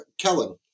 Kellen